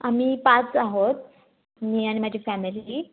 आम्ही पाच आहोत मी आणि माझी फॅमिली